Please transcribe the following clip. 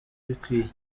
bikwiye